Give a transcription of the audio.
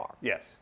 Yes